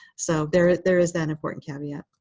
so there there is an important caveat.